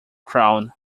crown